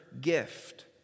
gift